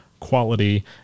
quality